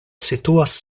situas